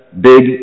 Big